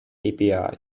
api